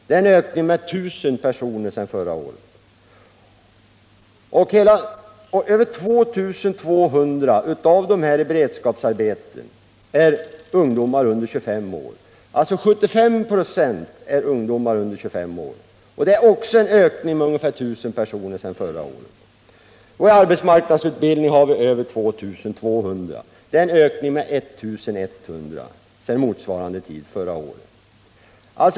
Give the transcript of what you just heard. Det är en ökning med 1 000 personer sedan förra året. Över 2 200, dvs. 75 26, av dem som är i beredskapsarbete är ungdomar under 25 år. Det är också en ökning med ungefär 1 000 personer sedan förra året. I arbetsmarknadsutbildning har vi över 2 200 personer. Det är en ökning med ca 1 100 sedan motsvarande tid förra året.